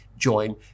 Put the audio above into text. join